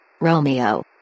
Romeo